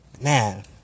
Man